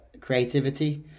creativity